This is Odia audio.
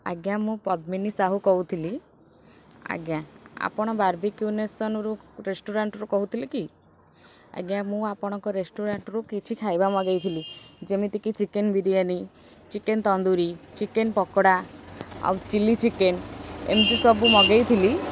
ଆଜ୍ଞା ମୁଁ ପଦ୍ମିନୀ ସାହୁ କହୁଥିଲି ଆଜ୍ଞା ଆପଣ ବାର୍ବିକ୍ୟୁନେସନରୁ ରେଷ୍ଟୁରାଣ୍ଟରୁ କହୁଥିଲେ କି ଆଜ୍ଞା ମୁଁ ଆପଣଙ୍କ ରେଷ୍ଟୁରାଣ୍ଟରୁ କିଛି ଖାଇବା ମଗେଇଥିଲି ଯେମିତିକି chicken biryani chicken tandoori chicken pakora ଆଉ ଚିଲ୍ଲି ଚିକେନ୍ ଏମିତି ସବୁ ମଗେଇଥିଲି